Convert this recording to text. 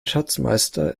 schatzmeister